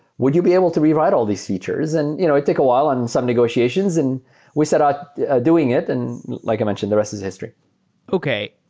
would you be able to rewrite all these features? and you know it took a while on some negotiations and we set out doing it. and like i mentioned, the rest is history okay.